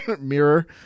mirror